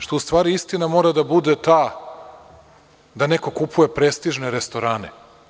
Što u stvari istina mora da bude ta da neko kupuje prestižne restorane.